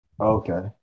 Okay